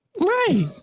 Right